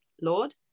Lord